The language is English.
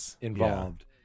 involved